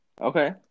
Okay